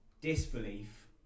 disbelief